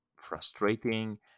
frustrating